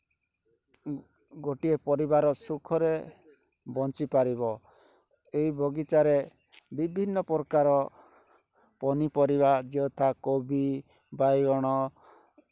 ଗୋଟିଏ ପରିବାର ସୁଖରେ ବଞ୍ଚିପାରିବ ଏଇ ବଗିଚାରେ ବିଭିନ୍ନ ପ୍ରକାର ପନିପରିବା ଯଥା କୋବି ବାଇଗଣ